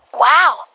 Wow